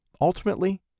Ultimately